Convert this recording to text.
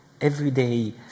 everyday